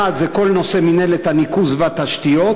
1. מינהלת הניקוז והתשתיות,